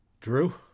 Drew